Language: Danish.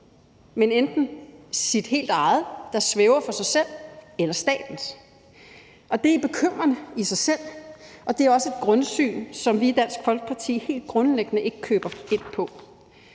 men enten sit helt eget, der svæver for sig selv, eller statens. Det er bekymrende i sig selv. Det er også et grundsyn, som vi i Dansk Folkeparti helt grundlæggende ikke køber ind på.